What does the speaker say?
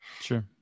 Sure